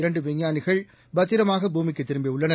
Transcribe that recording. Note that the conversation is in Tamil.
இரண்டு விஞ்ஞானிகள் பத்திரமாக பூமிக்கு திரும்பியுள்ளனர்